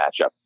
matchup